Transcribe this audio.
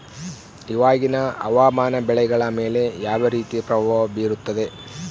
ಇವಾಗಿನ ಹವಾಮಾನ ಬೆಳೆಗಳ ಮೇಲೆ ಯಾವ ರೇತಿ ಪ್ರಭಾವ ಬೇರುತ್ತದೆ?